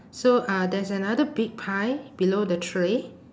so uh there's another big pie below the tray